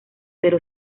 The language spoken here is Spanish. pero